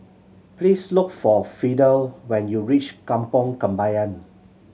please look for Fidel when you reach Kampong Kembangan